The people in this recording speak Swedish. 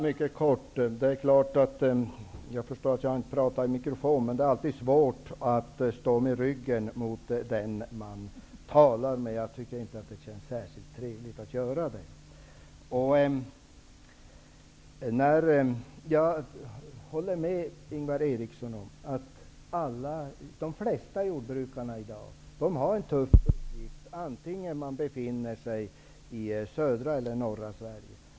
Fru talman! Jag förstår att jag inte talar in i mikrofonen, men det är alltid svårt att stå med ryggen mot den man talar med. Jag tycker inte det känns särskilt trevligt. Jag håller med Ingvar Eriksson om att de flesta jordbrukare i dag har en tuff uppgift, oavsett om de befinner sig i södra eller norra Sverige.